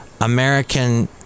American